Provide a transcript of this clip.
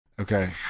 Okay